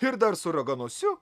ir dar su raganosiu